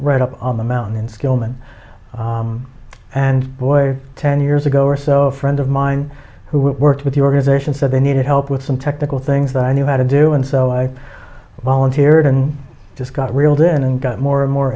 right up on the mountain in skillman and boy ten years ago or so friend of mine who worked with the organization so they needed help with some technical things that i knew how to do and so i volunteered and just got reeled in and got more and more